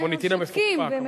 המוניטין המפוקפק, כמובן.